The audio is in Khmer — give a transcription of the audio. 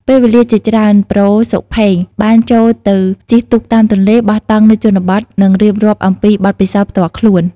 ពេលវេលាជាច្រើន ប្រូ សុផេង បានចូលទៅជិះទូកតាមទន្លេ បោះតង់នៅជនបទ និងរៀបរាប់អំពីបទពិសោធន៍ផ្ទាល់ខ្លួន។